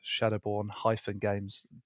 Shadowborn-Games